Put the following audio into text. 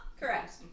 Correct